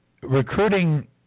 recruiting